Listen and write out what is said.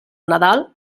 nadal